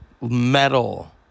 metal